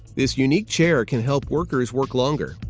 this unique chair can help workers work longer,